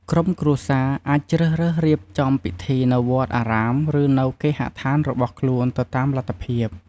ក្រុមគ្រួសារអាចជ្រើសរើសរៀបចំពិធីនៅ វត្តអារាម ឬនៅ គេហដ្ឋាន របស់ខ្លួន ទៅតាមលទ្ធភាព។